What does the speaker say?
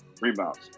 rebounds